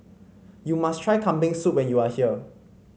you must try Kambing Soup when you are here